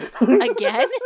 again